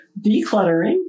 decluttering